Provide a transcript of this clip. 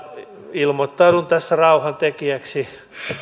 ilmoittaudun tässä rauhantekijäksi